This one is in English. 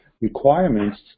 requirements